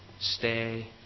Stay